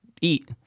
eat